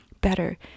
better